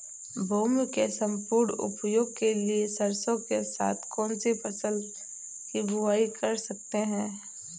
भूमि के सम्पूर्ण उपयोग के लिए सरसो के साथ कौन सी फसल की बुआई कर सकते हैं?